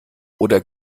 oder